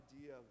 idea